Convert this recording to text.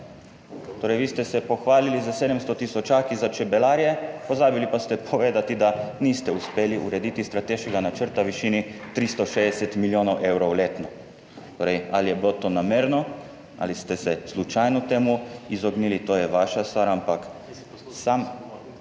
Torej vi ste se pohvalili s 700 tisočaki za čebelarje, pozabili pa ste povedati, da niste uspeli urediti strateškega načrta v višini 360 milijonov evrov letno, torej ali je bilo to namerno, ali ste se slučajno temu izognili, to je vaša stvar, ampak sam